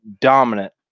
dominant